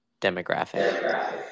demographic